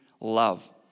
love